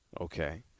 Okay